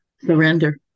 Surrender